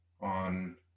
on